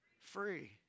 Free